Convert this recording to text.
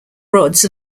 rods